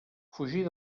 fugir